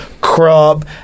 crop